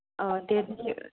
अ दे